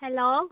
hello